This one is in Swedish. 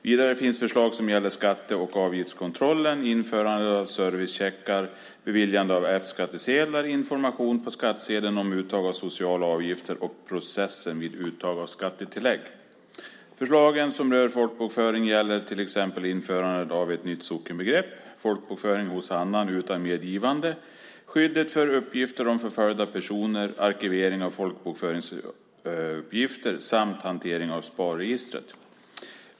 Vidare finns förslag som gäller skatte och avgiftskontrollen, införandet av servicecheckar, beviljande av F-skattsedlar, information på skattsedeln om uttaget av sociala avgifter och processen vid uttag av skattetillägg. Förslagen som rör folkbokföringen gäller till exempel införandet av ett nytt sockenbegrepp, folkbokföring hos annan utan medgivande, skyddet för uppgifter om förföljda personer, arkivering av folkbokföringsuppgifter samt hanteringen av SPAR-registret.